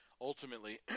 ultimately